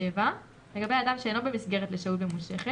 (7) לגבי אדם שאינו במסגרת לשהות ממושכת,